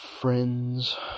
friends